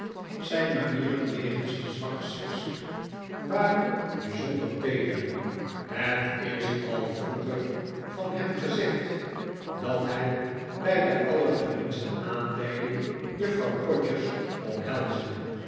zijn manieren jegens de zwakke sekse waren bijzonder feeder het is al vroeger van hem gezegd dat hij bij de allergeringste aanleiding juffrouw todgers omhelsde